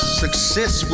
success